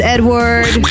Edward